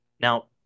Now